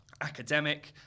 Academic